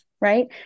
right